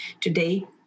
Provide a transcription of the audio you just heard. today